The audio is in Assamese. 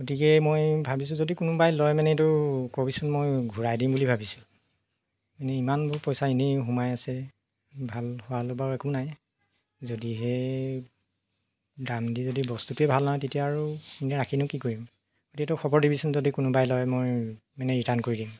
গতিকে মই ভাবিছো যদি কোনোবাই লয় মানে এইটো কবিচোন মই ঘূৰাই দিম বুলি ভাবিছো এনে ইমানবোৰ পইচা এনে সোমাই আছে ভাল হোৱা হ'লে বাৰু একো নাই যদিহে দাম দি যদি বস্তুটোৱেই ভাল নহয় তেতিয়া আৰু এনে ৰাখিনো কি কৰিম এইটো খবৰ দিবিচোন যদি কোনোবাই লয় মই মানে ৰিটাৰ্ণ কৰি দিম